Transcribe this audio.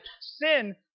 Sin